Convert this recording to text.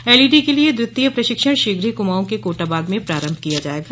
LED के लिए द्वितीय प्रशिक्षण शीघ्र ही कुमाऊं के कोटाबाग में प्रारम्भ किया जायेगा